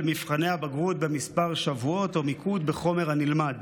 מבחני הבגרות בכמה שבועות או מיקוד בחומר הנלמד.